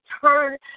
turn